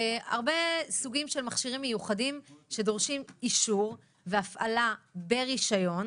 הרבה סוגים של מכשירים מיוחדים שדורשים אישור והפעלה ברישיון.